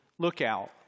Lookout